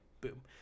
boom